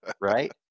Right